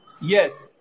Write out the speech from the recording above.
Yes